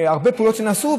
להתעלם מהרבה פעולות שנעשו.